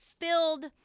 filled